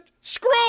screw